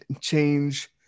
change